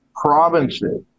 provinces